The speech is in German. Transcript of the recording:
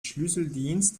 schlüsseldienst